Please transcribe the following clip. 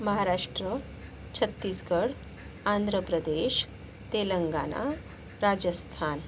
Maharashtra Chhattisgarh Andhra Pradesh Telangana Rajasthan